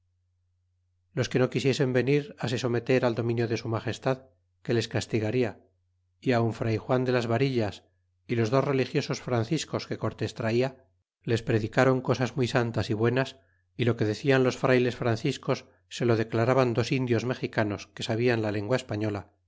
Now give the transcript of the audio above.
los que no quisiesen venir se someter al dominio de su magestad que les castigaria y aun fray juan de las varillas y los dos religiosos franciscos que cortes traia les predicron cosas muy santas y buenas y lo que decian los frayles franciscos se lo declaraban dos indios mexicanos que sabian la lengua española